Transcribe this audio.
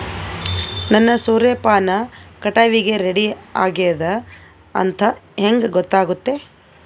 ನನ್ನ ಸೂರ್ಯಪಾನ ಕಟಾವಿಗೆ ರೆಡಿ ಆಗೇದ ಅಂತ ಹೆಂಗ ಗೊತ್ತಾಗುತ್ತೆ?